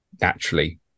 naturally